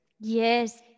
yes